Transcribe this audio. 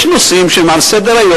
יש נושאים שהם על סדר-היום,